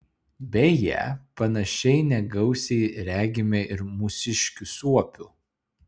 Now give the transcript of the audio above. beje panašiai negausiai regime ir mūsiškių suopių